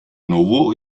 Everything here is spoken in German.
novo